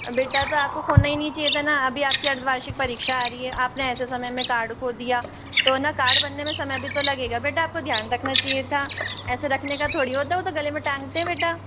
बेटा तो आपको खोना ही नहीं चाहिए था ना अभी आपकी अर्द्धवार्षिक परीक्षा आ रही है आपने ऐसे समय में कार्ड खो दिया तो है ना कार्ड बनने में समय भी तो लगेगा बेटा आपको ध्यान रखना चाहिए था ऐसे रखने का थोड़ी होता है वो तो गले में टाँगते है बेटा